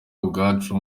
ubwacu